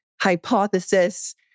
hypothesis